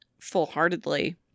full-heartedly